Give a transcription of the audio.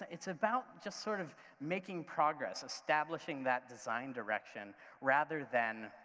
ah it's about just sort of making progress, establishing that design direction rather than